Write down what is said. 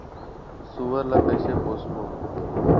सुअर ला कइसे पोसबो?